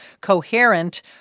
coherent